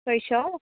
ছয়শ